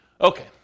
Okay